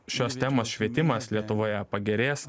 šios temos švietimas lietuvoje pagerės